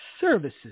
services